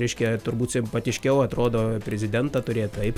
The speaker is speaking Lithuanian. reiškia turbūt simpatiškiau atrodo prezidentą turėt taip